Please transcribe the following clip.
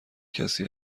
کسی